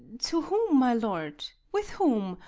to whom, my lord? with whom?